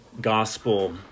Gospel